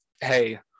hey